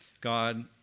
God